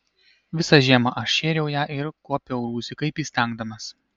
visą žiemą aš šėriau ją ir kuopiau rūsį kaip įstengdamas